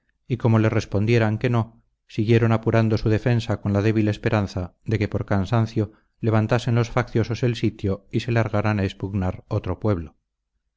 y como les respondieran que no siguieron apurando su defensa con la débil esperanza de que por cansancio levantasen los facciosos el sitio y se largaran a expugnar otro pueblo